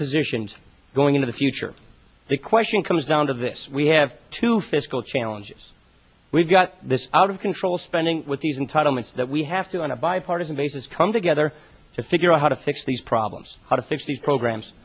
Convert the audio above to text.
positioned going into the future the question comes down to this we have two fiscal challenges we've got this out of control spending with these entitlements that we have to on a bipartisan basis come together to figure out how to fix these problems how to fix these programs